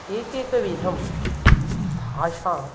एकेकविधा भाषा